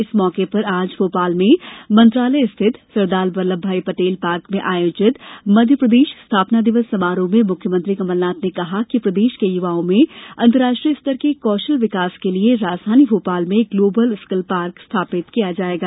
इस मौके पर आज भोपाल में मंत्रालय स्थित सरदार वल्लभ भाई पटेल पार्क में आयोजित मध्यप्रदेश स्थापना दिवस समारोह में मुख्यमंत्री कमल नाथ ने कहा कि प्रदेश के युवाओं में अंतर्राष्ट्रीय स्तर के कौशल विकास के लिये राजधानी भोपाल में ग्लोबल स्किल पार्क स्थापित किया जायेगा